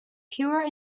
pure